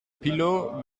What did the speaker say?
pillow